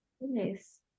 nice